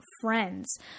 friends